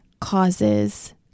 causes